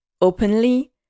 openly